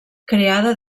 creada